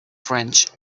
french